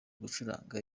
gucuranga